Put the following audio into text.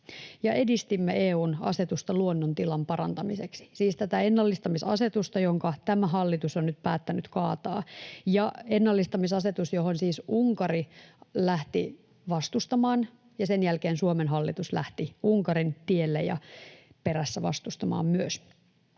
edistimme EU:n asetusta luonnon tilan parantamiseksi — siis tätä ennallistamisasetusta, jonka tämä hallitus on nyt päättänyt kaataa ja jota siis Unkari lähti vastustamaan ja sen jälkeen Suomen hallitus lähti Unkarin tielle ja perässä vastustamaan myös.